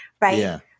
Right